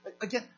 again